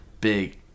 big